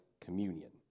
communion